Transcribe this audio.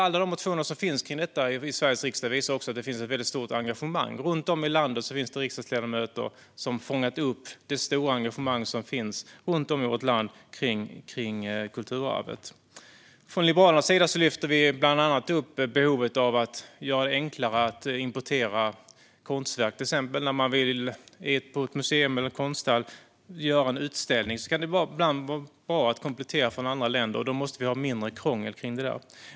Alla de motioner som vi i Sveriges riksdag skrivit om detta visar dock också att det finns ett väldigt stort engagemang. Runt om i landet finns riksdagsledamöter som har fångat upp detta stora engagemang som finns överallt om kulturarvet. Liberalerna lyfter bland annat upp behovet av att förenkla import av konstverk. När ett museum eller en konsthall vill göra en utställning kan det ibland vara bra att komplettera från andra länder, och då måste krånglet vara mindre.